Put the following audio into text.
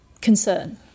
concern